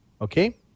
Okay